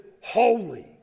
holy